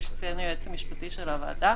כפי שציין היועץ המשפטי של הוועדה.